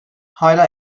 hala